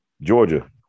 Georgia